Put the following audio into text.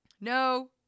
No